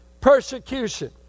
Persecution